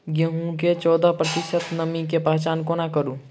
गेंहूँ मे चौदह प्रतिशत नमी केँ पहचान कोना करू?